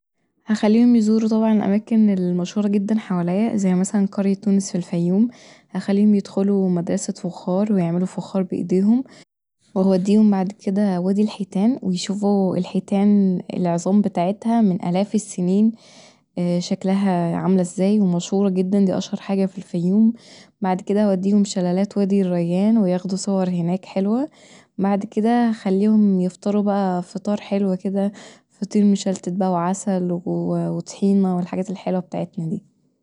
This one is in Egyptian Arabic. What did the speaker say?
هخليهم يزوروا طبعا الأماكن المشهوره جدا حواليا زي مثلا قرية تونس في الفيوم، هخليهم يدخلوا مدرسة فخار ويعملوا فخار بإيديهم وهوديهم بعد كدا وادي الحيتان ويشوفوا الحيتان العظام بتاعتها من آلاف السنين شكلها عامله ازاي ومشهوره جدا دي اشهر حاجه في الفيوم وبعد كدا هوديهم شلالات وادي الريان وياخدوا صور هناك حلوه وبعد كدا هخليهم يفطروا بقي فطار حلو كدا فطير مشلتت بقي وعسل وطحينة والحاجات الحلوة بتاعتنا دي